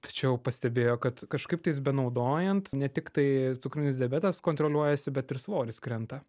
tačiau pastebėjo kad kažkaip tais benaudojant ne tiktai cukrinis diabetas kontroliuojasi bet ir svoris krenta